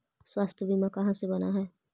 स्वास्थ्य बीमा कहा से बना है?